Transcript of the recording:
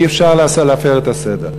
אי-אפשר להפר את הסדר.